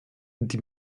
die